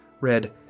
read